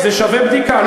זה שווה בדיקה.